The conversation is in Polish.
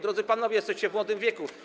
Drodzy panowie, jesteście w młodym wieku.